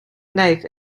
knife